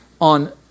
on